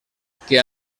que